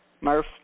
Murph